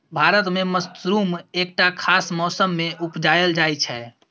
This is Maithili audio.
भारत मे मसरुम एकटा खास मौसमे मे उपजाएल जाइ छै